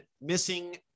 missing